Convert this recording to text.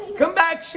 come back